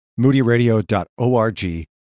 moodyradio.org